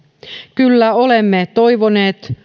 kyllä olemme toivoneet